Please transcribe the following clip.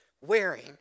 wearing